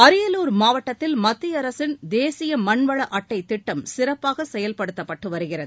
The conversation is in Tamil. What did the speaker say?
அரியலூர் மாவட்டத்தில் மத்திய அரசின் தேசிய மண்வள அட்டை திட்டம் சிறப்பாக செயல்படுத்தப்பட்டு வருகிறது